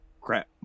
crap